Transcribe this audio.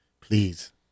Please